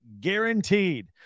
Guaranteed